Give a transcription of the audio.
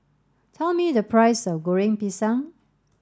tell me the price of Goreng Pisang